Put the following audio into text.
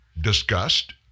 discussed